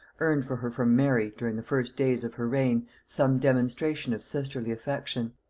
earned for her from mary, during the first days of her reign, some demonstration of sisterly affection.